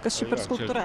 kas čia per skulptūra